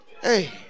hey